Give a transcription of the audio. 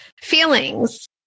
Feelings